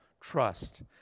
trust